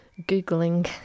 Googling